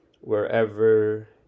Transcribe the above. wherever